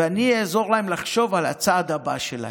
ואני אעזור להם לחשוב על הצעד הבא שלהם,